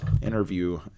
interview